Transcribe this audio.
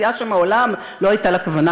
סיעה שמעולם לא הייתה לה כוונה,